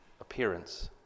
appearance